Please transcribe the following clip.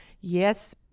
yes